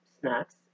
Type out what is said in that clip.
snacks